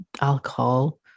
alcohol